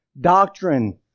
doctrine